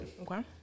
Okay